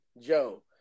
Joe